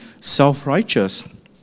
self-righteous